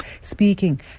speaking